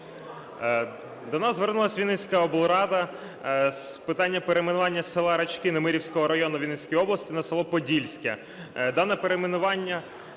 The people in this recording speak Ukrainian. До нас звернулась Вінницька облрада з питання перейменування села Рачки Немирівського району Вінницької області на село Подільське.